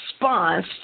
response